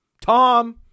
Tom